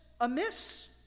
amiss